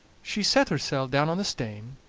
she set hersel' down on the stane,